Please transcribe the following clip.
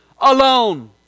alone